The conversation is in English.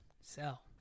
sell